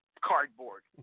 cardboard